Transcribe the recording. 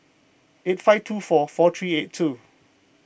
eight five two four four three eight two